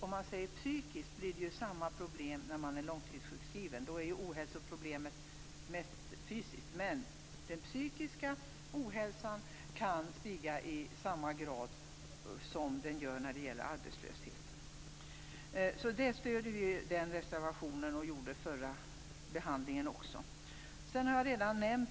Psykiskt blir det samma problem när man är långtidssjukskriven, då ohälsoproblemet mest är fysiskt. Men den psykiska ohälsan kan stiga i samma grad som i samband med arbetslöshet. Vi stöder reservation 14. Vi hade samma uppfattning vid den tidigare behandlingen.